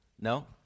No